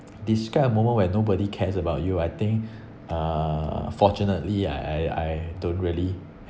describe a moment when nobody cares about you I think uh fortunately I I I don't really